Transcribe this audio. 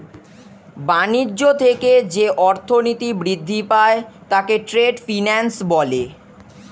বাণিজ্য থেকে যে অর্থনীতি বৃদ্ধি পায় তাকে ট্রেড ফিন্যান্স বলে